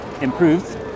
improved